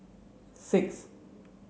six